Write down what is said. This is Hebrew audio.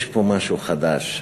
יש פה משהו חדש,